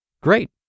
Great